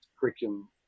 curriculum